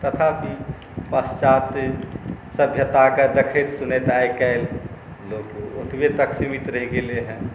तथापि पाश्चात्य सभ्यताके देखैत सुनैत आइकाल्हि लोक ओतबे तक सीमित रहि गेलै हेँ